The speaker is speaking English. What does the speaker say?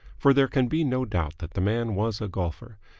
for there can be no doubt that the man was a golfer,